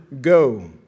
go